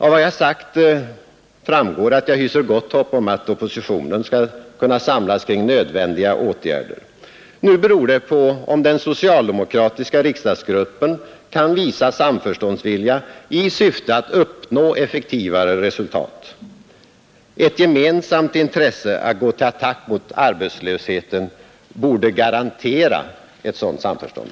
Av vad jag sagt framgår att jag hyser gott hopp om att oppositionen skall kunna samlas kring nödvändiga åtgärder. Nu beror det på om den socialdemokratiska riksdagsgruppen kan visa samförståndsvilja i syfte att uppnå effektivare resultat. Ett gemensamt intresse att gå till attack mot arbetslösheten borde garantera ett sådant samförstånd.